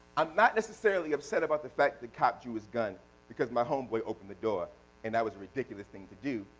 i'm not necessarily upset about the fact the cop drew his gun because my home boy opened the door and that was a ridiculous thing to do,